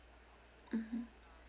mmhmm